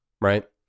right